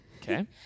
okay